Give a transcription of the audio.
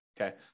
Okay